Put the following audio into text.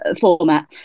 format